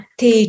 Thì